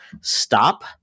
stop